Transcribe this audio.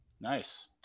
Nice